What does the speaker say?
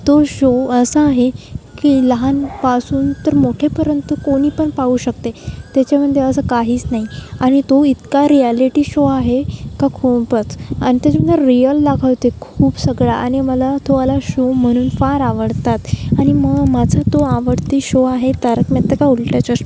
तो शो असा आहे की लहान पासून तर मोठ्यांपर्यंत कोणी पण पाहू शकते त्याच्यामध्ये असं काहीच नाही आणि तो इतका रिॲलेटी शो आहे की खूपच आणि त्याच्यामध्ये रिअल दाखवते खूप सगळं आणि मला तोवाला शो म्हणून फार आवडतात आणि मग माझं तो आवडती शो आहे तारक मेहता का उल्टा चश